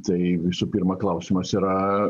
tai visų pirma klausimas yra